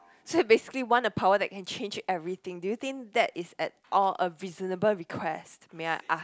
so basically want the power that can change everything do you think that it's at or a reasonable request may I ask